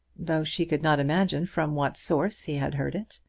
though she could not imagine from what source he had heard it.